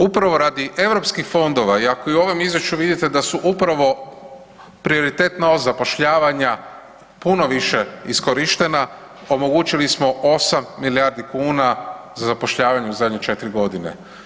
Upravo radi europski fondova i ako u ovom izvješću vidite da su upravo prioritetna zapošljavanja puno više iskorištena, omogućili smo 8 milijardi kuna za zapošljavanje u zadnje 4 godine.